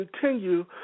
continue